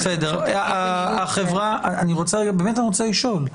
באמת אני רוצה לשאול,